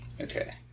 Okay